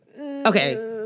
Okay